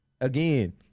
again